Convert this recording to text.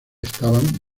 estaban